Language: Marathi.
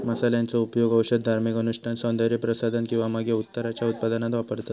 मसाल्यांचो उपयोग औषध, धार्मिक अनुष्ठान, सौन्दर्य प्रसाधन किंवा मगे उत्तराच्या उत्पादनात वापरतत